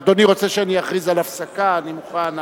אדוני רוצה שאני אכריז על הפסקה, אני מוכן.